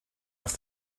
off